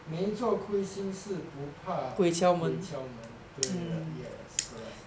没做亏心事不怕鬼敲门对了 yes correct okay lah I think to a certain